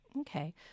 Okay